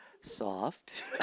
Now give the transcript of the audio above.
Soft